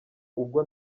ubwo